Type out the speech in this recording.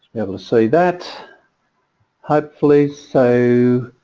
able to see that hopefully so